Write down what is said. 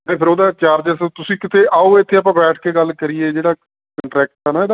ਅਤੇ ਫਿਰ ਉਹਦਾ ਚਾਰਜਸ ਤੁਸੀਂ ਕਿਤੇ ਆਓ ਇੱਥੇ ਆਪਾਂ ਬੈਠ ਕੇ ਗੱਲ ਕਰੀਏ ਜਿਹੜਾ ਕੋਂਟ੍ਰੈਕਟ ਆ ਨਾ ਇਹਦਾ